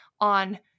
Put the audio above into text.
on